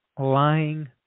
lying –